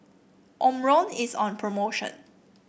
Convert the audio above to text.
Omron is on promotion